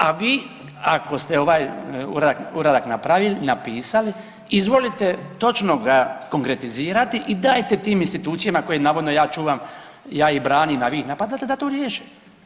A vi ako ste ovaj uradak napravili, napisali izvolite točno ga konkretizirati i dajte tim institucijama koje navodno ja čuvam, ja ih branim, a vi ih napadate da to riješe.